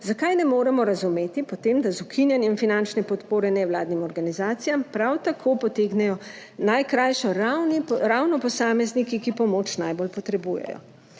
Zakaj ne moremo razumeti po tem, da z ukinjanjem finančne podpore nevladnim organizacijam prav tako potegnejo najkrajšo ravni ravno posamezniki, ki pomoč najbolj potrebujejo.